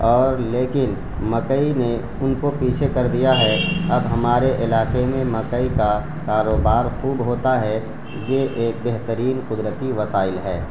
اور لیکن مکئی نے ان کو پیچھے کر دیا ہے اب ہمارے علاقے میں مکئی کا کاروبار خوب ہوتا ہے یہ ایک بہترین قدرتی وسائل ہے